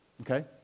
Okay